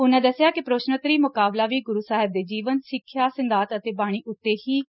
ਉਨਾਂ ਦੱਸਿਆ ਕਿ ਪ੍ਰਸ਼ਨੋਤਰੀ ਮੁਕਾਬਲਾ ਵੀ ਗੁਰੂ ਸਾਹਿਬ ਦੇ ਜੀਵਨ ਸਿੱਖਿਆ ਸਿਧਾਂਤ ਅਤੇ ਬਾਣੀ ਉਂਤੇ ਹੀ ਕੇਂਦਰਤ ਸੀ